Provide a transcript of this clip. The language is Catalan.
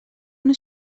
una